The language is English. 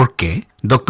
um da da